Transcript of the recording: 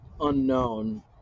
unknown